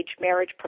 marriage